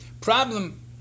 problem